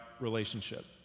relationship